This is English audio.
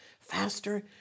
faster